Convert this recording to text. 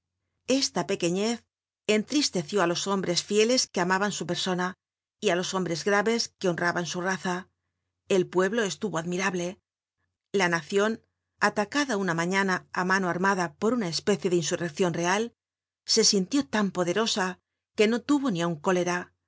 esta pequenez entristeció á los hombres fieles que amaban su persona y á los hombres graves que honraban su raza el pueblo estuvo admirable la nacion atacada una mañana á mano armada por una especie de insurreccion real se sintió tan poderosa que no tuvo ni aun cólera